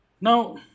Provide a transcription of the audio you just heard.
Now